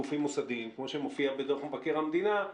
גופים מוסדיים כמו שמופיע בדוח מבקר המדינה,